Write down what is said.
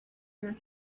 your